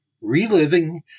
Reliving